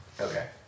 Okay